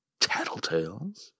tattletales